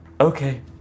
Okay